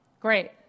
Great